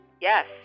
yes